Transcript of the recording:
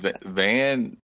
Van